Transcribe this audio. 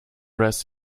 rest